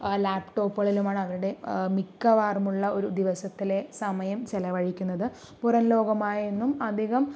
ലാപ്ടോപ്പുകളിലുമാണ് അവരുടെ മിക്കവാറുമുള്ള ഒരു ദിവസത്തിലെ സമയം ചിലവഴിക്കുന്നത് പുറംലോകമായി ഒന്നും അധികം